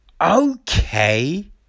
Okay